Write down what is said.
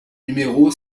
numéro